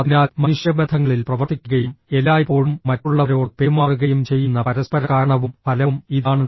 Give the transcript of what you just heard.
അതിനാൽ മനുഷ്യബന്ധങ്ങളിൽ പ്രവർത്തിക്കുകയും എല്ലായ്പ്പോഴും മറ്റുള്ളവരോട് പെരുമാറുകയും ചെയ്യുന്ന പരസ്പര കാരണവും ഫലവും ഇതാണ്